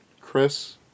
Chris